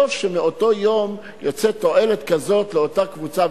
טוב שמאותו יום יצאה תועלת כזאת לאותה קבוצה.